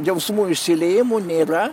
jausmų išsiliejimo nėra